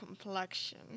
complexion